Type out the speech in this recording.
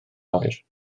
oer